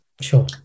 Sure